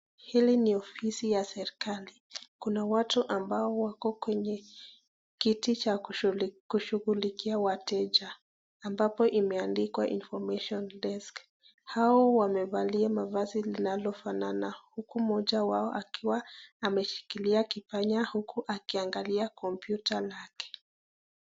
Hili ni ofisi ya serikali. Kuna watu ambao wako katika kiti cha kushughulikia wateja ambacho imeandikwa information desk . Hawa wamevalia mavazi iliyofanana huku mmoja wao akiwa ameshikilia akifanya ni kua ameangalia kompyuta lake.